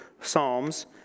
Psalms